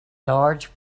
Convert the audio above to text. large